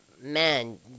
man